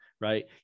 right